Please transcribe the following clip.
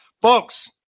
folks